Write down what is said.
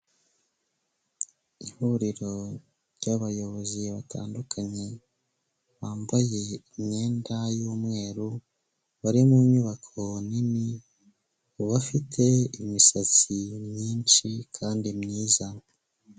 Ihuriro ry'abayobozi batandukanye, bambaye imyenda y'umweru bari mu nyubako nini, bafite imisatsi myinshi kandi myiza.